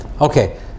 Okay